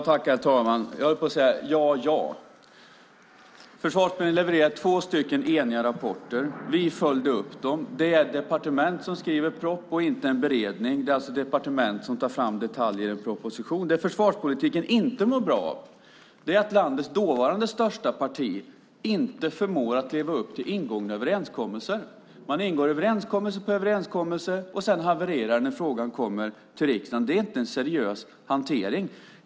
Herr talman! Ja, ja . Försvarsberedningen levererade två eniga rapporter. Vi följde upp dem. Det är departement som skriver propositioner, inte en beredning. Det är alltså departement som tar fram detaljer för en proposition. Det försvarspolitiken inte mår bra av är att landets dåvarande största parti inte förmår att leva upp till ingångna överenskommelser. Man ingår överenskommelse på överenskommelse, och sedan havererar man när frågan kommer till riksdagen. Det är inte en seriös hantering.